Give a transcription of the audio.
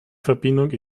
verbindung